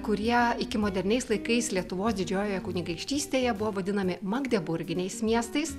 kurie iki moderniais laikais lietuvos didžiojoje kunigaikštystėje buvo vadinami magdeburginiais miestais